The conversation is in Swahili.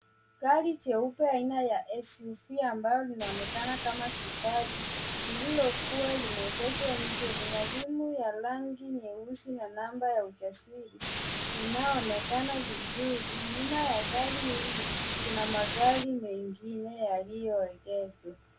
Gari jeupe aina ya SUV ambayo linaonekana kama Subaru lililokuwa limeegeshwa nje. Lina rimu ya rangi nyeusi na namba ya usajili, inayoonekana vizuri. Nyuma ya gari hili kuna magari mengine yaliyoegeshwa.